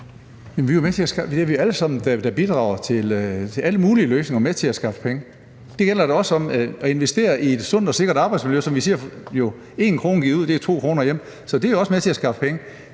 Jamen alle os, der bidrager til alle mulige løsninger, er med til at skaffe penge. Det gælder da også om at investere i et sundt og sikkert arbejdsmiljø. Som vi siger: 1 kr., der er givet ud, er 2 kr., der kommer hjem. Så det er også med til at skaffe penge.